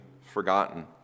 forgotten